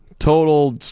Total